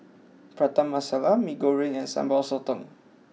Prata Masala Mee Goreng and Sambal Sotong